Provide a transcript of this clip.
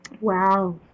wow